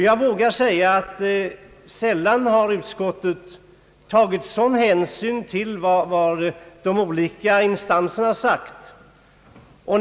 Jag vågar säga att utskottet sällan har tagit sådan hänsyn till vad de olika instanserna har sagt.